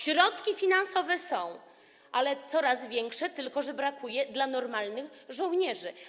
Środki finansowe są coraz większe, tylko że brakuje dla normalnych żołnierzy.